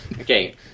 Okay